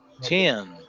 ten